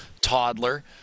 Toddler